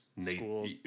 school